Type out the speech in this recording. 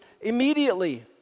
immediately